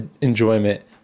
enjoyment